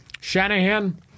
Shanahan